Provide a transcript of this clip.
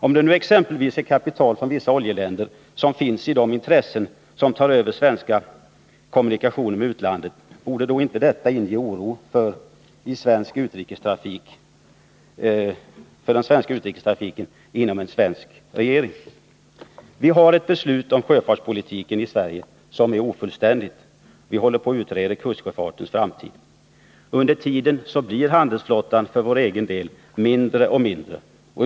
Om det nu exempelvis finns kapital från vissa oljeländer i de intressen som tar över svenska kommunikationer med utlandet, borde då inte detta inom en svensk regering inge oro för den svenska utrikestrafiken? Vi har ett ofullständigt beslut om sjöfartspolitiken i Sverige. Vi håller på att utreda kustsjöfartens framtid. Under tiden blir handelsflottan för vår egen del mindre och mindre.